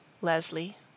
Leslie